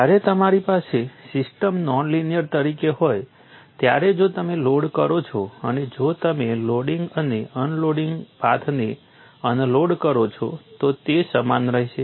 જ્યારે તમારી પાસે સિસ્ટમ નોન લિનિયર તરીકે હોય ત્યારે જો તમે લોડ કરો છો અને જો તમે લોડિંગ અને અનલોડિંગ પાથને અનલોડ કરો છો તો તે સમાન રહેશે